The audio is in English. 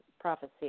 prophecy